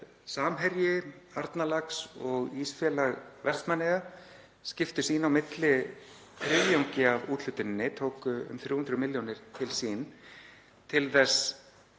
Samherji, Arnarlax og Ísfélag Vestmannaeyja skiptu sín á milli þriðjungi af úthlutuninni, tóku um 300 milljónir til sín til þess